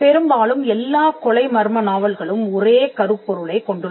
பெரும்பாலும் எல்லாக் கொலை மர்ம நாவல்களும் ஒரே கருப்பொருளைக் கொண்டுள்ளன